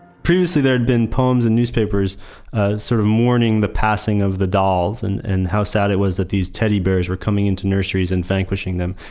previously there had been poems in newspapers ah sort of mourning the passing of the dolls and and how sad it was that these teddy bears were coming into nurseries and vanquishing them.